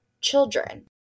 children